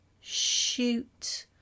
shoot